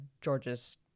George's